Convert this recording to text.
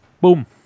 Boom